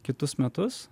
kitus metus